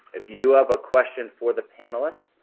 if you do have a question for the panelists,